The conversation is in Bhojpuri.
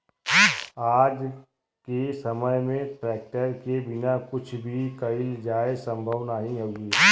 आज के समय में ट्रेक्टर के बिना कुछ भी कईल जाये संभव नाही हउवे